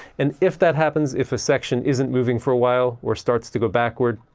and if that happens, if a section isn't moving for a while or starts to go backward,